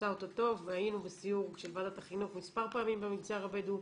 ועושה אותה טוב והיינו בסיור של ועדת החינוך מספר פעמים במגזר הבדואי.